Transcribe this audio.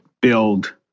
build